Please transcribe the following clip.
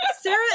sarah